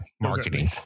marketing